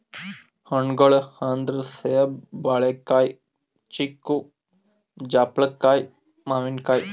ಹಣ್ಣ್ಗೊಳ್ ಅಂದ್ರ ಸೇಬ್, ಬಾಳಿಕಾಯಿ, ಚಿಕ್ಕು, ಜಾಪಳ್ಕಾಯಿ, ಮಾವಿನಕಾಯಿ